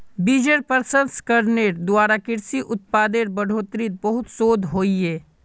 बिजेर प्रसंस्करनेर द्वारा कृषि उत्पादेर बढ़ोतरीत बहुत शोध होइए